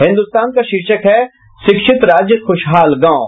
हिन्दुस्तान का शीर्षक है शिक्षित राज्य खुशहाल गांव